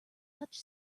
such